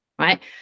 right